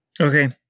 okay